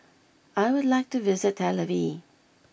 I would like to visit Tel Aviv